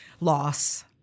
loss